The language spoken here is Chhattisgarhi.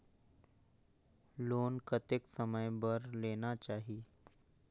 लोन कतेक समय बर लेना चाही?